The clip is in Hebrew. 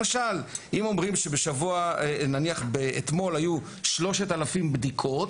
אם אומרים למשל שאתמול היו 3,000 בדיקות